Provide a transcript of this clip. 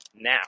now